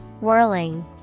Whirling